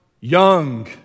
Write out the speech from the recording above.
young